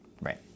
right